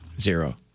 Zero